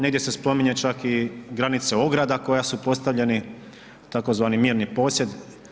Negdje se spominje čak i granica ograda koja su postavljeni tzv. mirni posjed.